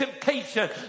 temptation